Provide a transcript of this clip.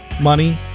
money